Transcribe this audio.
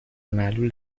معلول